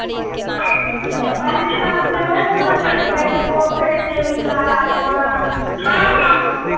ह्म्म सेहो घूमय लेल जाइ छै कहै छै पोखरि छै मिथिला हाटमे